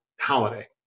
holiday